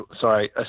sorry